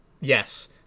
Yes